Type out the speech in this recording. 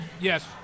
Yes